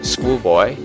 Schoolboy